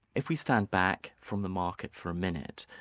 if we stand back from the market for a minute,